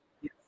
Yes